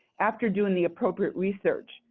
after doing the appropriate research,